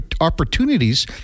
opportunities